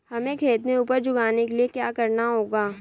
हमें खेत में उपज उगाने के लिये क्या करना होगा?